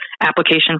application